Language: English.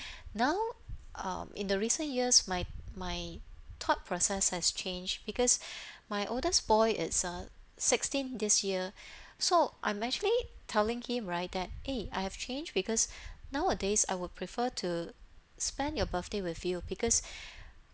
now um in the recent years my my thought process has changed because my oldest boy it's uh sixteen this year so I'm actually telling him right that eh I have changed because nowadays I will prefer to spend your birthday with you because